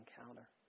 encounter